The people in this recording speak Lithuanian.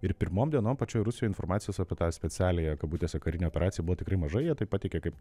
ir pirmom dienom pačioj rusijoj informacijos apie tą specialiąją kabutėse karinę operaciją buvo tikrai mažai jie tai pateikė kaip